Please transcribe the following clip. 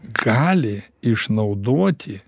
gali išnaudoti